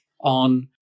on